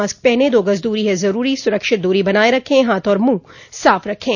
mask पहनें दो गज़ दूरी है ज़रूरी सुरक्षित दूरी बनाए रखें हाथ और मुंह साफ़ रखें